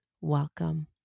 welcome